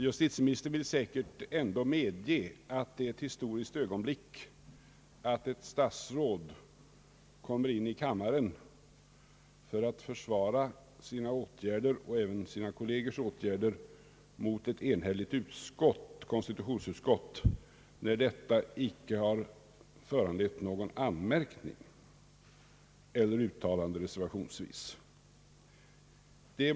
Justitieministern vill säkert medge att det är ett historiskt ögonblick när ett statsråd kommer in i kammaren för att försvara sina åtgärder och även sina kollegers åtgärder mot ett enhälligt konstitutionsutskott, fastän dessa åtgärder icke har föranlett någon anmärkning ens reservationsvis.